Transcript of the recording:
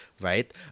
right